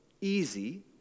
easy